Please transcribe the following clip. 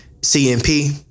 CMP